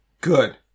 Good